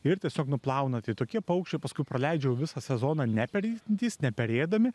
ir tiesiog nuplauna tai tokie paukščiai paskui praleidžia jau visą sezoną neperintys neperėdami